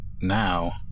now